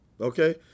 Okay